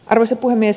arvoisa puhemies